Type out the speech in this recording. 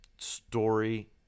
Story